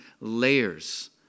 layers